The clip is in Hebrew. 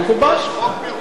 או, יש חוק בירושלים.